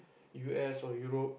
U S or Europe